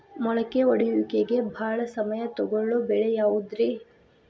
ಮೊಳಕೆ ಒಡೆಯುವಿಕೆಗೆ ಭಾಳ ಸಮಯ ತೊಗೊಳ್ಳೋ ಬೆಳೆ ಯಾವುದ್ರೇ?